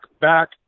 back